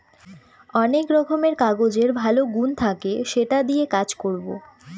অনেক রকমের কাগজের ভালো গুন থাকে সেটা দিয়ে কাজ করবো